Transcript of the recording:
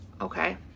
okay